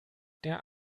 der